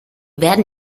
werden